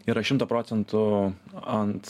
yra šimto procentų ant